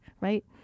right